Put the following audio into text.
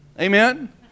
Amen